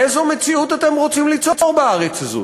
איזו מציאות אתם רוצים ליצור בארץ הזאת?